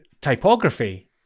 typography